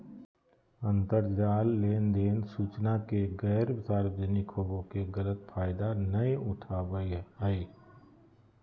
अंतरजाल लेनदेन सूचना के गैर सार्वजनिक होबो के गलत फायदा नयय उठाबैय हइ